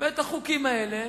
ואת החוקים האלה